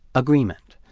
agreement.